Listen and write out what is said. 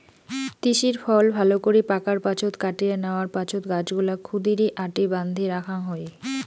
তিসির ফল ভালকরি পাকার পাছত কাটিয়া ন্যাওয়ার পাছত গছগুলাক ক্ষুদিরী আটি বান্ধি রাখাং হই